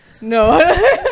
no